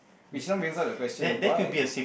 which now brings up the question why